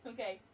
Okay